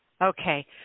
Okay